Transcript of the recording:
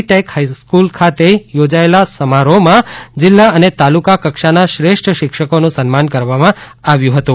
tech high school ખાતે યોજાયેલા સમારોહમાં જિલ્લા અને તાલુકા કક્ષાના શ્રેષ્ઠ શિક્ષકોનું સન્માન કરવામાં આવ્યું હતું